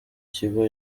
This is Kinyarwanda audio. kigo